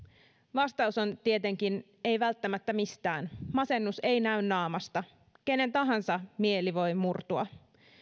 vastaus on tietenkin ei välttämättä mistään masennus ei näy naamasta kenen tahansa mieli voi murtua